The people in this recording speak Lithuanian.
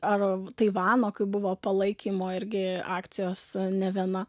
ar taivano kai buvo palaikymo irgi akcijos ne viena